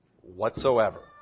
whatsoever